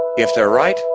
if they're right,